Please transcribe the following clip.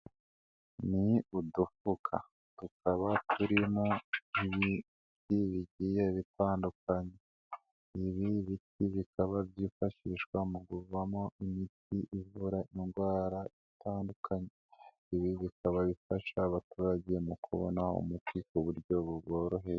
Ni udufuka, tukaba turimo ibiti bigiye bitandukanye, ibi biti bikaba byifashishwa mu kuvamo imiti ivura indwara zitandukanye, ibi bikaba bifasha abaturage mu kubona umuti ku buryo buboroheye.